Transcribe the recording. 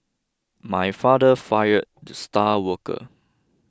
my father fired the star worker